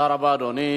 אדוני